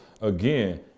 again